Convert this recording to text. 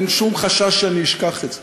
אין שום חשש שאני אשכח את זה.